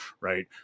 right